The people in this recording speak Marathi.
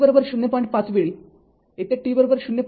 ५ सेकंद वेळी येथे t०